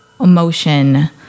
emotion